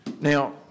Now